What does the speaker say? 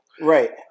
Right